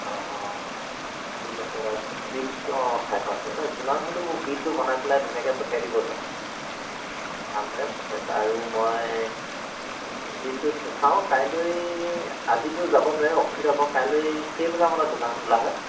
অ অ ঠিক আছে বাৰু বিলটো অ ফাইভ পাৰ্চেণ্ট ন যিমান হ'লেও মোক বিলটো বনাই পেলাই ধুনীয়াকৈ পঠিয়াই দিবচোন ভালদৰে পঠিয়াই দিব আৰু মই বিলটো চাওঁ কাইলৈ আজিটো যাব নোৱাৰিম অসুবিধা হ'ব কাইলৈ কেইবজা মানত দোকান খোলা হয়